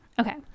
Okay